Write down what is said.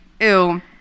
ew